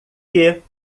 que